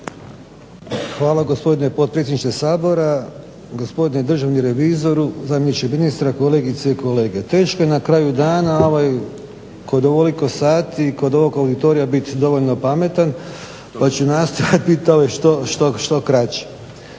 Hvala gospodine potpredsjedniče Sabora, gospodine državni revizoru, zamjeniče ministra, kolegice i kolege. Teško je na kraju dana kod ovoliko sati i kod ovog auditorija biti dovoljno pametan pa ću nastojati biti što kraći.